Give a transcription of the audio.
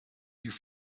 your